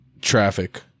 Traffic